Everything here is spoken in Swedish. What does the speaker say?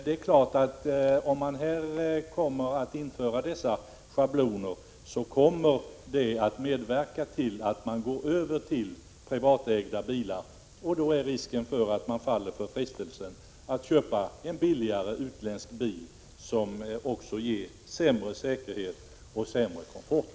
Om dessa schablonbestämmelser införs kommer man att medverka till att folk går över till privatägda bilar. Då är det risk att man faller för frestelsen att köpa en billigare utländsk bil, som också ger sämre säkerhet och sämre komfort.